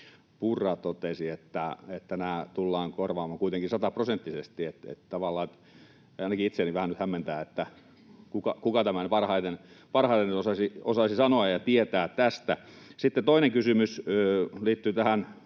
Purra totesi, että nämä tullaan korvaamaan kuitenkin sataprosenttisesti. Tavallaan ainakin itseäni vähän nyt hämmentää, kuka parhaiten osaisi sanoa ja tietää tästä. Sitten toinen kysymys liittyy tähän